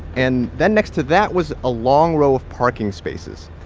and then next to that was a long row of parking spaces.